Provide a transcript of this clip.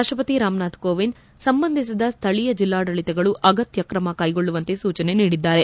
ರಾಷ್ಲಪತಿ ರಾಮನಾಥ್ ಕೋವಿಂದ್ ಸಂಬಂಧಿಸಿದ ಸ್ನಳೀಯ ಜಿಲ್ಲಾಡಳತಗಳು ಅಗತ್ತ ಕ್ರಮಕ್ಕೆಗೊಳ್ಳುವಂತೆ ಸೂಚನೆ ನೀಡಿದ್ದಾರೆ